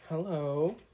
hello